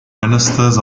ministers